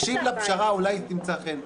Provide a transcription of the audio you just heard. עודד, תקשיב לפשרה, אולי היא תמצא חן בעיניך.